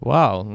Wow